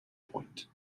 point